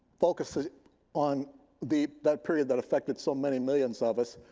focuses on the that period that affected so many millions of us,